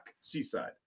seaside